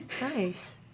nice